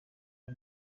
uko